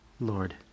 Lord